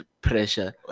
pressure